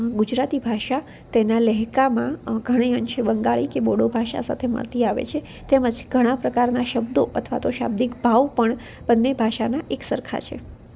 ગુજરાતી ભાષા તેના લહેકામાં ઘણે અંશે બંગાળી કે બોડો ભાષા સાથે મળતી આવે છે તેમજ ઘણા પ્રકારના શબ્દો અથવા તો શાબ્દિક ભાવ પણ બંને ભાષાના એકસરખા છે